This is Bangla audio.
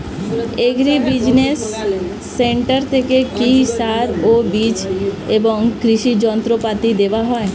এগ্রি বিজিনেস সেন্টার থেকে কি সার ও বিজ এবং কৃষি যন্ত্র পাতি দেওয়া হয়?